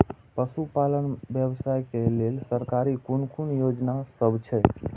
पशु पालन व्यवसाय के लेल सरकारी कुन कुन योजना सब छै?